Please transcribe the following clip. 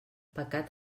pecat